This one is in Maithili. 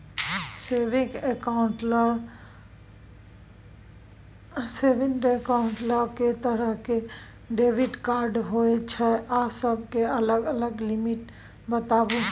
सेविंग एकाउंट्स ल के तरह के डेबिट कार्ड होय छै आ सब के अलग अलग लिमिट बताबू?